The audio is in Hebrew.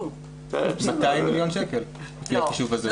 200 מיליון שקל, לפי החישוב הזה.